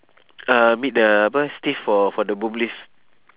uh meet the apa steve for for the boom lift